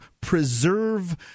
preserve